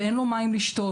ואין לו מים לשתות,